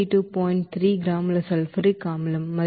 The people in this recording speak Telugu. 3 గ్రాముల సల్ఫ్యూరిక్ ಆಸಿಡ್ మరియు 46